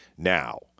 now